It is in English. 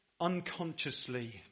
unconsciously